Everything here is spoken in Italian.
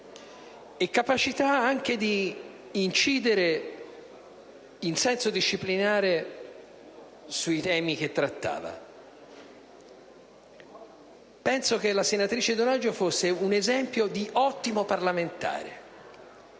e capacità anche di incidere, in senso disciplinare, sui temi che trattava. Penso che la senatrice Donaggio fosse un esempio di ottimo parlamentare,